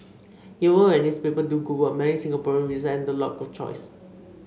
even when its paper do good work many Singaporeans resent the lack of choice